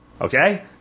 Okay